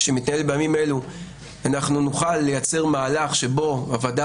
שמתנהל בימים אלו אנחנו נוכל לייצר מהלך שבו הוועדה